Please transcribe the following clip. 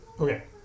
okay